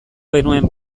genuen